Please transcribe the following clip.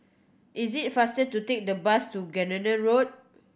is it faster to take the bus to Gardenia Road